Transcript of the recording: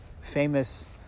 famous